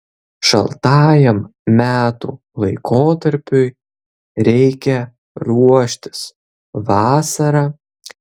šaltajam metų laikotarpiui reikia ruoštis vasarą